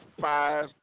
five